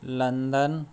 London